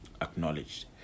acknowledged